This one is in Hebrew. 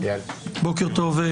בוקר טוב,